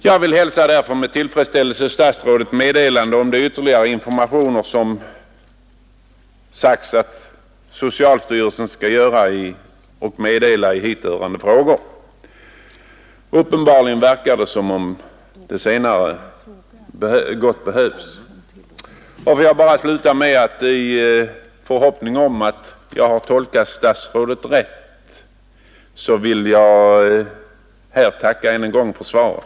Jag hälsar därför med tillfredsställelse statsrådets meddelande om de ytterligare informationer som socialstyrelsen skall lämna i hithörande frågor — det är uppenbart att de väl behövs. I förhoppning om att jag tolkat statsrådet rätt tackar jag än en gång för svaret.